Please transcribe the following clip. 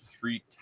three